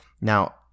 Now